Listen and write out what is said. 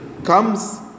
comes